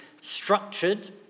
structured